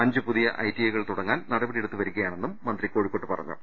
അഞ്ച് പുതിയ I T ഐകൾ തുടങ്ങാൻ നടപടിയെടുത്തുവരികയാ ണെന്നും മന്ത്രി കോഴിക്കോട്ട് പറഞ്ഞു